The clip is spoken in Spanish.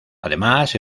además